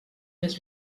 més